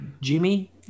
Jimmy